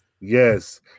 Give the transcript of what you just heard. yes